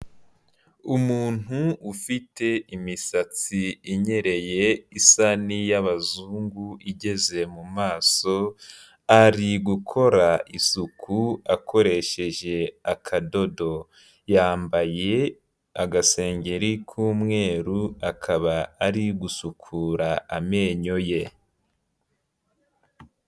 Umuntu ufite imisatsi inyereye isa n'iy'abazungu igeze mu maso, ari gukora isuku akoresheje akadodo, yambaye agasengeri k'umweru akaba ari gusukura amenyo ye.